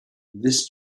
this